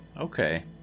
okay